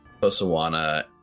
Posawana